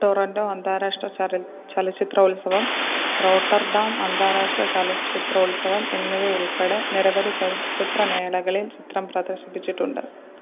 Toronto അന്താരാഷ്ട്ര ചലച്ചിത്രോത്സവം Rotterdam അന്താരാഷ്ട്ര ചലച്ചിത്രോത്സവം എന്നിവയുൾപ്പെടെ നിരവധി ചലച്ചിത്ര മേളകളിൽ ചിത്രം പ്രദർശിപ്പിച്ചിട്ടുണ്ട്